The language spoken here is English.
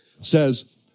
says